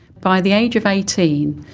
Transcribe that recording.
by the age of eighteen,